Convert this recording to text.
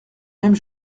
même